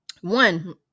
one